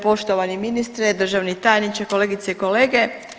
Poštovani ministre, državni tajniče, kolegice i kolege.